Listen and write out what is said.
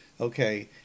okay